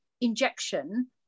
injection